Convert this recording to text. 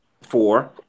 Four